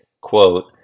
quote